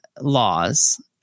laws